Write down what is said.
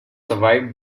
survived